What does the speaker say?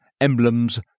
emblems